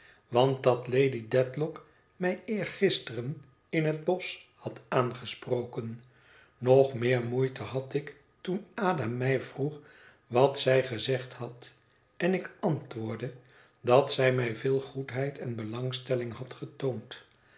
want dat lady dedlock mij eergisteren in het bosch had aangesproken nog meer moeite had ik toen ada mij vroeg wat zij gezegd had en ik antwoordde dat zij mij veel goedheid en belangstelling had getoond